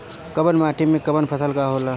कवन माटी में कवन फसल हो ला?